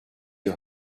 you